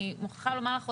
אני מוכרחה לומר לך,